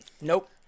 Nope